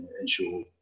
ensure